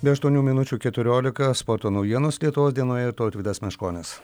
be aštuonių minučių keturiolika sporto naujienos lietuvos dienoje ir tautvydas meškonis